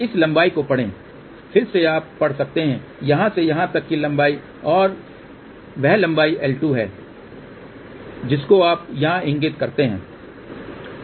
इस लंबाई को पढ़ें फिर से आप पढ़ सकते हैं यहाँ से यहाँ तक की लंबाई और वह लंबाई L2 है जिसको आप यहाँ इगिंत करते हैं